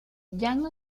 jiang